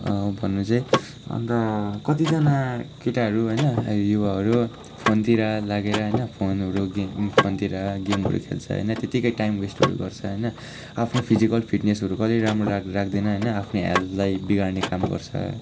भन्नु चाहिँ अन्त कतिजना केटाहरू होइन अहिले युवाहरू फोनतिर लागेर होइन फोनहरू गेमिङ फोनतिर गेमहरू खेल्छ होइन त्यतिकै टाइम वेस्टहरू गर्छ होइन आफ्नो फिजिकल फिटनेसहरू कहिल्यै राम्रो राख् राख्दैन होइन आफ्नै हेल्थलाई बिगार्ने काम गर्छ